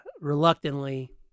reluctantly